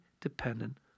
dependent